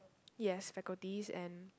yes faculties and